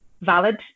valid